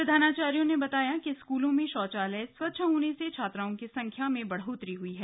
प्रधानाचार्यों ने बताया कि स्कूलों में शौचालय स्वच्छ होने से छात्राओं की संख्या में बढ़ोतरी हुई है